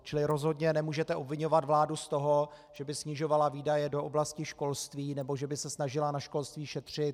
Čili rozhodně nemůžete obviňovat vládu z toho, že by snižovala výdaje do oblasti školství nebo že by se snažila na školství šetřit.